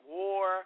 war